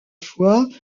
fois